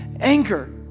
anger